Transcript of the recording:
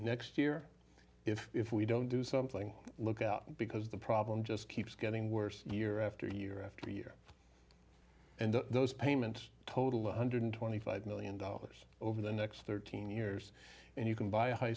next year if we don't do something look out because the problem just keeps getting worse year after year after year and those payments total a hundred twenty five million dollars over the next thirteen years and you can buy a high